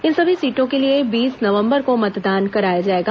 इन सभी सीटों के लिए बीस नवंबर को मतदान कराया जाएगा